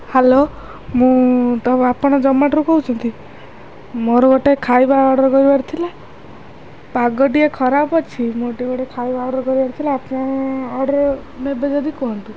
hello ମୁଁ ତ ଆପଣ ଜୋମାଟୋରୁ କହୁଛନ୍ତି ମୋର ଗୋଟେ ଖାଇବା ଅର୍ଡ଼ର୍ କରିବାର ଥିଲା ପାଗ ଟିକିଏ ଖରାପ ଅଛି ମୋତେ ଗୋଟେ ଖାଇବା ଅର୍ଡ଼ର୍ କରିବାର ଥିଲା ଆପଣ ଅର୍ଡ଼ର୍ ନେବେ ଯଦି କୁହନ୍ତୁ